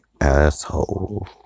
Asshole